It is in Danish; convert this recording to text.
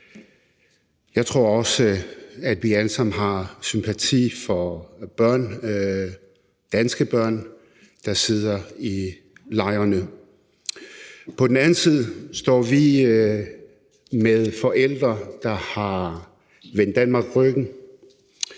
jeg tror også, at vi alle sammen har sympati for de danske børn, der sidder i lejrene. På den anden side står vi med nogle forældre, der har vendt Danmark ryggen,